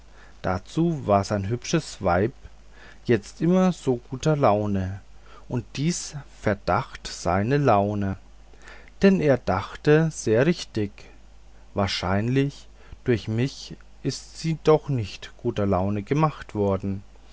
dazu war sein hübsches weib jetzt immer so guter laune und dies verdach seine laune denn er dachte sehr richtig wahrlich durch mich ist sie doch nicht guter laune gemacht worden